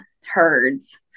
herds